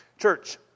Church